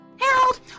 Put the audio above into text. Harold